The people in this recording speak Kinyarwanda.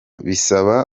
bisaba